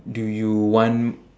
do you want